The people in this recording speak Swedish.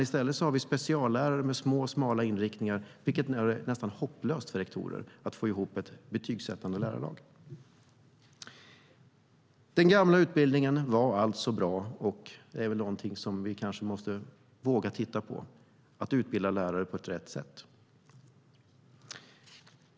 I stället har vi speciallärare med smal inriktning, vilket gör det nästan hopplöst för rektorer att få ihop ett betygssättande lärarlag. Den gamla utbildningen var bra, och vi måste våga titta på hur vi ska utbilda lärare på rätt sätt.